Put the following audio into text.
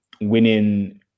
winning